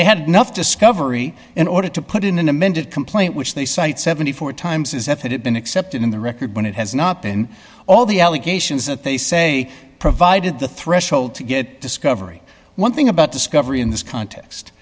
they had nothing discovery in order to put in an amended complaint which they cite seventy four times as if it had been accepted in the record when it has not been all the allegations that they say provided the threshold to get discovery one thing about discovery in this context